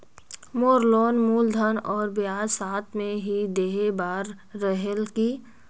मोर loan मूलधन और ब्याज साथ मे ही देहे बार रेहेल की?